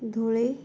धुळी